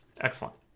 excellent